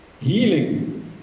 Healing